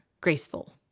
graceful